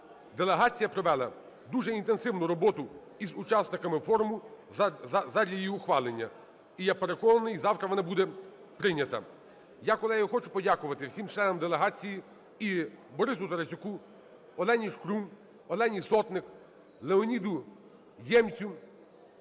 Делегація провела дуже інтенсивну роботу із учасниками форуму задля її ухвалення. І я переконаний, завтра вона буде прийнята. Я, колеги, хочу подякувати всім членам делегації: і Борису Тарасюку, Олені Шкрум, Олені Сотник, Леоніду Ємцю